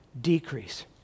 decrease